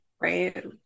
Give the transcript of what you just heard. Right